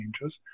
changes